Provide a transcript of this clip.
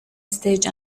stage